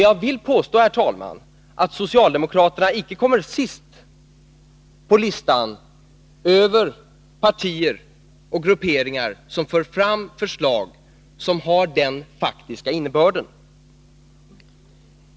Jag vill dock påstå, herr talman, att socialdemokraterna icke kommer sist på listan över partier och grupperingar som för fram sådana förslag.